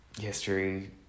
history